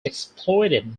exploited